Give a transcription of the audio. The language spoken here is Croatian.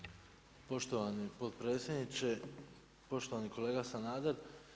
Poštovani potpredsjedniče, poštovani kolega Sanader.